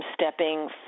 stepping